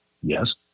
Yes